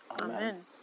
Amen